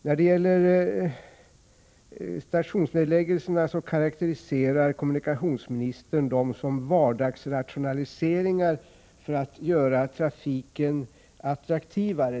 Kommunikationsministern karakteriserar stationsnedläggningarna som vardagsrationaliseringar för att göra trafiken attraktivare.